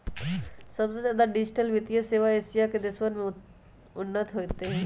सबसे ज्यादा डिजिटल वित्तीय सेवा एशिया के देशवन में उन्नत होते हई